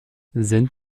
sind